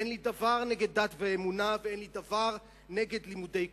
אין לי דבר נגד דת ואמונה ואין לי דבר נגד לימודי קודש.